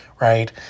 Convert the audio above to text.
right